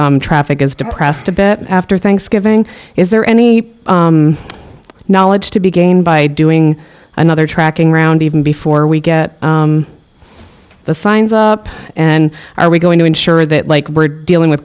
e traffic is depressed a bit after thanksgiving is there any knowledge to be gained by doing another tracking round even before we get the signs up and are we going to ensure that like we're dealing with